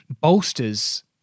bolsters